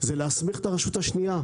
זה להסמיך את הרשות השנייה,